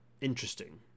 interesting